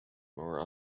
more